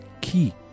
key